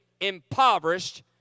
impoverished